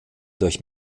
durch